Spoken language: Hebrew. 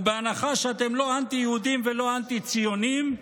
ובהנחה שאתם לא אנטי-יהודים ולא אנטי-ציונים,